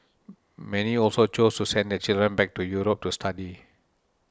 many also chose to send their children back to Europe to study